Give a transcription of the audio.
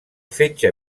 fetge